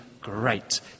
great